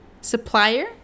supplier